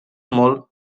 molt